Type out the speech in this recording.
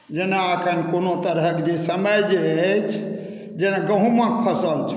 जेना एखन कोनो तरहक जे समय जे अछि जेना गहुँमक फसल छल